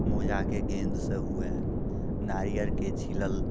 मोजाके गेन्दसँ हुए नारिअरके छिलल